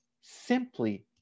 simply